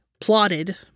plotted